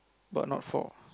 but not four